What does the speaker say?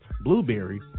blueberry